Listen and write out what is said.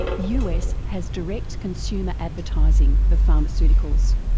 the us has direct consumer advertising of pharmaceuticals.